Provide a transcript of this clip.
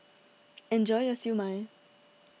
enjoy your Siew Mai